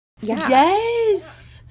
Yes